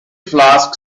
flask